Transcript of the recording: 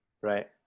right